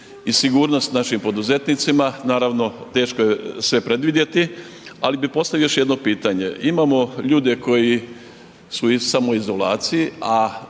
i sigurnost našim poduzetnicima, naravno teško je sve predvidjeti, ali bi postavio još jedno pitanje. Imamo ljudi koji su u samoizolaciji